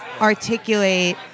articulate